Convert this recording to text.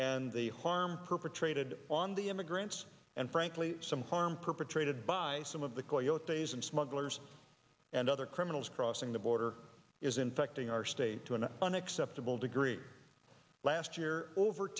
and the harm perpetrated on the immigrants and frankly some harm perpetrated by some of the coil days and smugglers and other criminals crossing the border is infecting our state to an unacceptable degree last year over